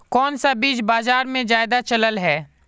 कोन सा बीज बाजार में ज्यादा चलल है?